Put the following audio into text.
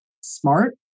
smart